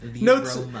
Notes